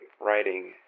writing